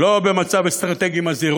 לא במצב אסטרטגי מזהיר,